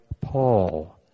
Paul